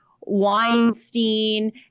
Weinstein